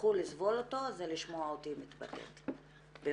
שתצטרכו לסבול אותו זה לשמוע אותי מתבטאת במקביל.